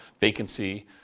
vacancy